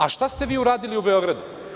A šta ste vi uradili u Beogradu?